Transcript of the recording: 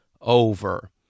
over